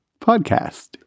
podcast